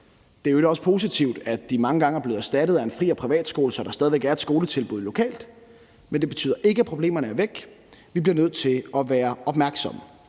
i øvrigt også positivt, at de mange gange er blevet erstattet af en fri- eller privatskole, så der stadig væk er et skoletilbud lokalt, men det betyder ikke, at problemerne er væk. Vi bliver nødt til at være opmærksomme.